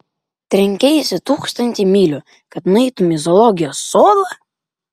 trenkeisi tūkstantį mylių kad nueitumei į zoologijos sodą